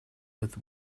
with